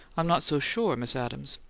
i'm not so sure, miss adams.